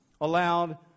allowed